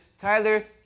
Tyler